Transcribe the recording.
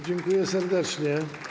Dziękuję serdecznie.